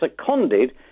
seconded